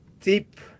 deep